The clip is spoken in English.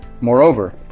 Moreover